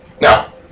Now